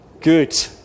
Good